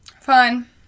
Fine